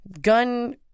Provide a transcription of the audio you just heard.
gun